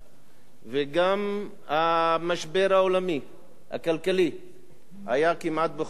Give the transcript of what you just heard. וגם המשבר העולמי הכלכלי היה כמעט בכל מקום.